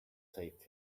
saved